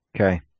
Okay